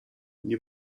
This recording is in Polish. nie